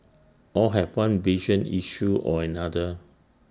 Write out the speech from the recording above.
all have one vision issue or another